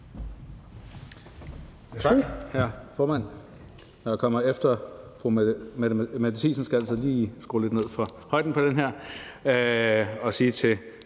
Tak,